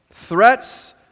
Threats